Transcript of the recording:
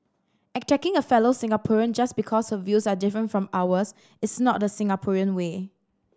attacking a fellow Singaporean just because her views are different from ours is not the Singaporean way